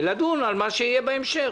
ונדון על מה שיהיה בהמשך.